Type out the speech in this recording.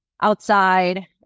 outside